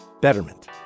Betterment